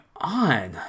on